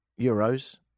euros